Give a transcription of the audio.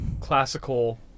classical